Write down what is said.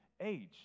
age